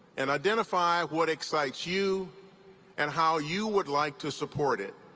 and identify what excites you and how you would like to support it.